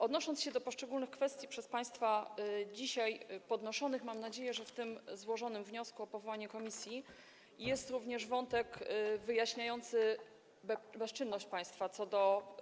Odnosząc się do poszczególnych kwestii przez państwa dzisiaj podnoszonych, powiem, że mam nadzieję, że w tym złożonym wniosku o powołanie komisji jest również wątek wyjaśniający bezczynność państwa co do